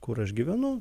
kur aš gyvenu